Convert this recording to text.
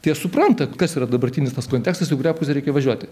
tie supranta kas yra dabartinis tas kontekstas į kurią pusę reikia važiuoti